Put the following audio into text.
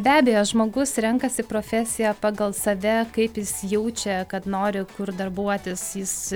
be abejo žmogus renkasi profesiją pagal save kaip jis jaučia kad nori kur darbuotis jis